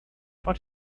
but